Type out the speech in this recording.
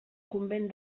convent